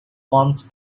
want